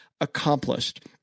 accomplished